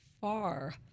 far